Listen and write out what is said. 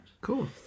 Cool